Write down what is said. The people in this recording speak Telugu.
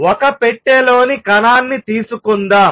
ఒక పెట్టెలోని కణాన్ని తీసుకుందాం